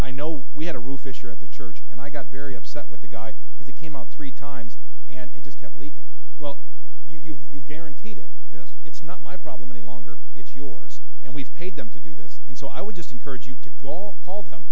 i know we had a roof issue at the church and i got very upset with the guy because he came out three times and it just kept leaking well you've guaranteed it yes it's not my problem any longer it's yours and we've paid them to do this and so i would just encourage you to go all